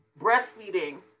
breastfeeding